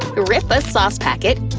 rip a sauce packet,